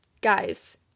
Guys